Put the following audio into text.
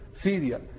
Syria